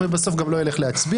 ובסוף גם לא אלך להצביע,